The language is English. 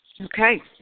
Okay